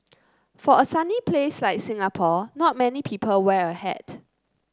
for a sunny place like Singapore not many people wear a hat